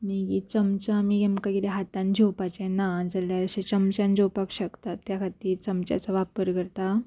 मागीर चमचाो आमी हातान जेवपाचे ना जाल्यार अशें चमचान जेवपाक शकतात त्या खातीर चमच्याचो वापर करता